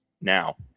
now